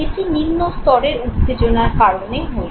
এটি নিম্ন স্তরের উত্তেজনার কারণে হলো